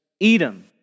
Edom